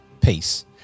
peace